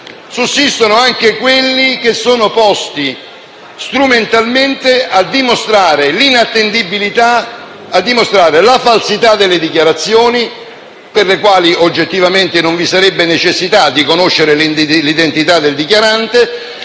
sussistono anche quelli posti strumentalmente a dimostrare la falsità delle dichiarazioni - per le quali oggettivamente non vi sarebbe necessità di conoscere l'identità del dichiarante